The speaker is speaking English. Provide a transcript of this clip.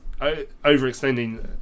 overextending